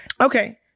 Okay